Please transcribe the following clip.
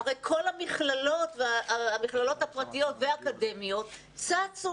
הרי כל המכללות הפרטיות והאקדמיות צצו